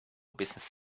business